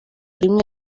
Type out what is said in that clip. rimwe